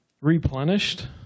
replenished